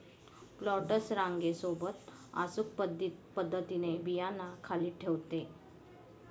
planters रांगे सोबत अचूक पद्धतीने बियांना खाली ठेवते